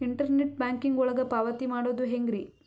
Internet banking ಒಳಗ ಪಾವತಿ ಮಾಡೋದು ಹೆಂಗ್ರಿ?